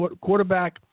quarterback